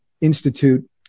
Institute